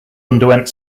underwent